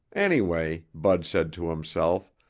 anyway, bud said to himself,